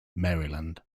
maryland